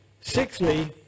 Sixthly